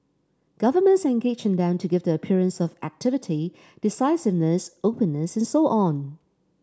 governments engage in them to give the appearance of activity decisiveness openness and so on